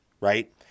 right